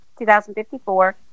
2054